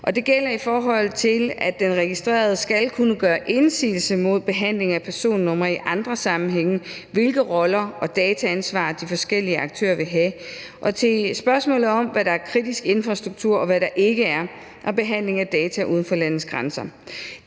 det gælder, i forhold til at den registrerede skal kunne gøre indsigelse mod behandling af personnummer i andre sammenhænge, i forhold til hvilke roller og dataansvar de forskellige aktører vil have, og i forhold til spørgsmålet om, hvad der er kritisk infrastruktur, og hvad der ikke er, samt behandling af data uden for landets grænser.